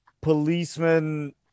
policeman